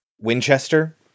Winchester